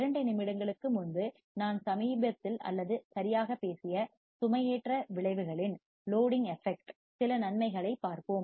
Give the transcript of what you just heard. இரண்டு நிமிடங்களுக்கு முன்பு நான் சமீபத்தில் அல்லது சரியாக பேசிய சுமையேற்ற விளைவுகளின் சில நன்மைகளைப் பார்ப்போம்